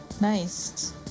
Nice